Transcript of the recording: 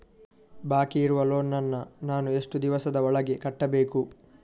ಬಾಕಿ ಇರುವ ಲೋನ್ ನನ್ನ ನಾನು ಎಷ್ಟು ದಿವಸದ ಒಳಗೆ ಕಟ್ಟಬೇಕು?